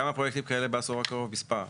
כמה פרויקטים כאלה בעשור הקרוב, מספר?